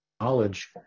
knowledge